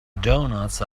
doughnuts